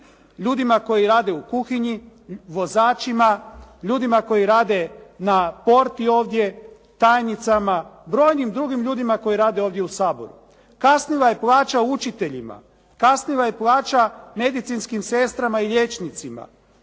ljudima koji rade u kuhinji, vozačima, ljudima koji rate na porti ovdje, tajnicama, brojnim drugim ljudima koji rade ovdje u Saboru. Kasnila je plaća učiteljima, kasnila je plaća medicinskim sestrama i liječnicima,